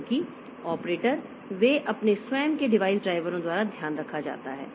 क्योंकि ऑपरेटर वे अपने स्वयं के डिवाइस ड्राइवरों द्वारा ध्यान रखा जाता है